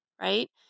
right